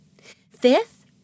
Fifth